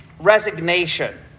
resignation